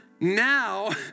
now